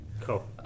Cool